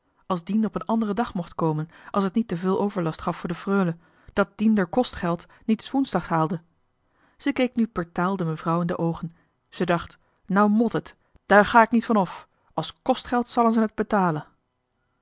dien op een anderen dag mocht komen als het niet te veul overlast gaf voor de frulle dat dien d'er kostgeld niet s woensdags haalde ze keek nu pertaal de mevrouw in de oogen ze dacht nou mt het dààr ga k niet van of als kostgeld zalle ze n et betale